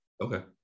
Okay